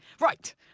right